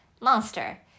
monster